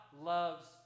loves